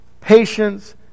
patience